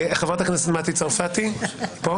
חברת הכנסת מטי צרפתי פה?